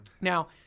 Now